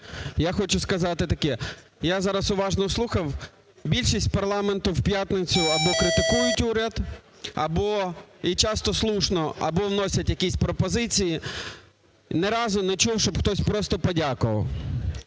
я хочу сказати таке. Я зараз уважно слухав. Більшість парламенту в п'ятницю або критикують уряд, або… і часто слушно, або вносять якісь пропозиції. Ні разу не чув, щоб хтось просто подякував.